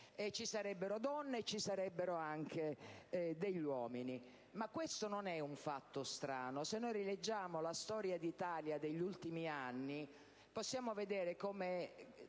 ci sarebbero donne, e anche degli uomini. Ma questo non è un fatto strano. Se noi rileggiamo la storia d'Italia degli ultimi anni possiamo vedere come